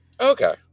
okay